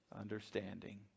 understanding